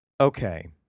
Okay